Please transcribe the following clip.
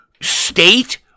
state